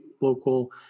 local